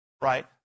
right